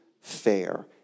fair